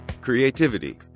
Creativity